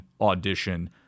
audition